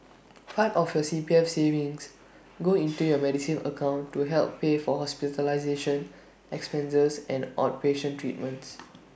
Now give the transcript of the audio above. part of your C P F savings go into your Medisave account to help pay for hospitalization expenses and outpatient treatments